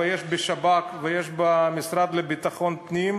יש בשב"כ ויש במשרד לביטחון פנים,